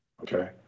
Okay